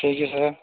ठीक है सर